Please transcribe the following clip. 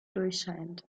durchscheinend